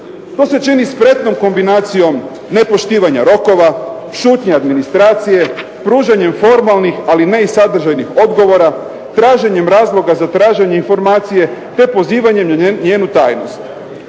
To se čini spretnom kombinacijom nepoštivanja rokova, šutnja administracije, pružanjem formalnih ali ne i sadržajnih odgovora, traženjem razloga za traženje informacije te pozivanje na njenu tajnost.